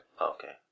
Okay